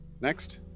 Next